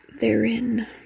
therein